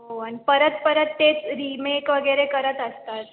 हो आणि परत परत तेच रीमेक वगैरे करत असतात